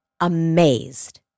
amazed